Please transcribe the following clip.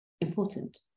important